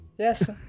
Yes